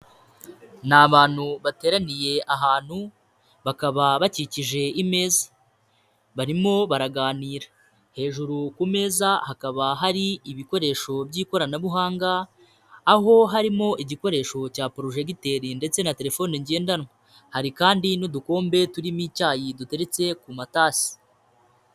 Ni abantu bateraniye ahantu bakaba bakikije imeza barimo baraganira, hejuru ku meza hakaba hari ibikoresho by'ikoranabuhanga aho harimo igikoresho cya porojegiteri ndetse na telefone ngendanwa, hari kandi n'udukombe turimo icyayi duteretse ku matasi.